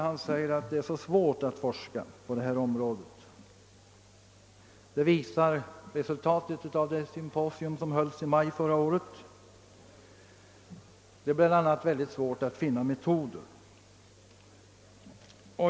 Han sade att det är så svårt att forska på detta område — det visar resultatet av det symposium som hölls i maj förra året — och att det är väldigt svårt att finna metoder.